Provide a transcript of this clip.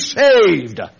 saved